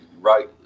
right